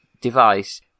device